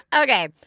Okay